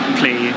play